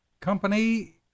company